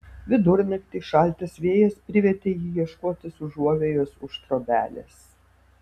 vidurnaktį šaltas vėjas privertė jį ieškotis užuovėjos už trobelės